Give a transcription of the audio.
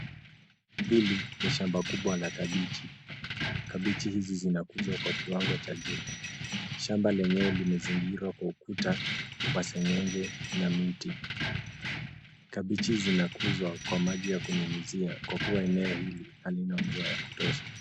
Hili, ni shamba kubwa la kabichi. Kabichi hizi zinakuzwa kwa kiwango cha juu. Shamba lenyewe limezingirwa kwa ukuta wa seng’enge na miti. Kabichi zinakuzwa kwa maji ya kuninginizia, kwa kuwa eneo hili, halina mvua ya kutosha.